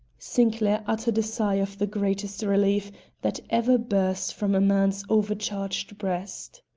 sinclair uttered a sigh of the greatest relief that ever burst from a man's overcharged breast.